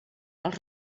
els